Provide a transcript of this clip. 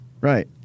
Right